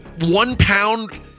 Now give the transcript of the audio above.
one-pound